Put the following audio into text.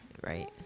Right